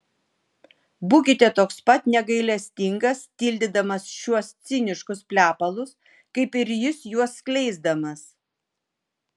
būkite toks pat negailestingas tildydamas šiuos ciniškus plepalus kaip ir jis juos skleisdamas